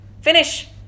Finish